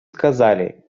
сказали